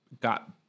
got